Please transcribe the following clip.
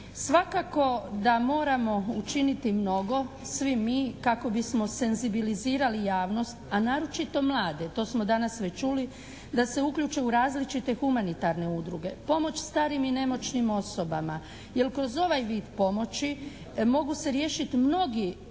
Svakako da moramo učiniti mnogo, svi mi, kako bismo senzibilizirali javnost, a naročito mlade, to smo danas već čuli, da se uključe u različite humanitarne udruge. Pomoć starim i nemoćnim osoba. Jer kroz ovaj vid pomoći mogu se riješiti mnogi problemi